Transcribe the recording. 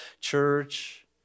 church